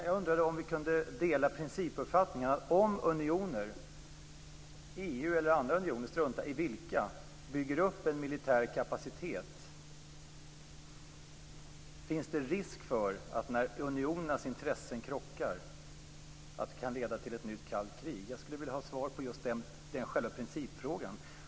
Fru talman! Jag undrar om vi delar principuppfattningen att om unioner - EU eller andra unioner, strunta i vilka - bygger upp en militär kapacitet, finns det en risk för att när unionernas intressen krockar att ett nytt kallt krig kan inledas. Jag vill ha svar på den principfrågan.